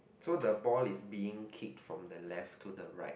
so the ball is being kicked from the left to the right